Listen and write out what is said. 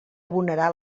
abonarà